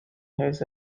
his